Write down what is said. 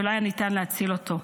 ולא היה ניתן להציל אותו.